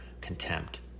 contempt